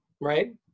right